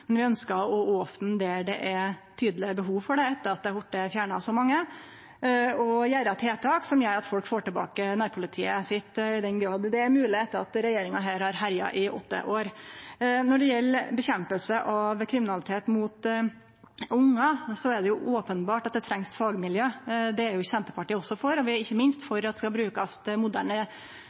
vorte fjerna så mange, og gjere tiltak for at folk får tilbake nærpolitiet sitt – i den grad det er mogleg etter at regjeringa har herja i åtte år. Når det gjeld kamp mot kriminalitet mot ungar, er det openbert at det trengst fagmiljø, det er Senterpartiet også for. Vi er ikkje minst for at det skal brukast moderne